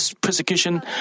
persecution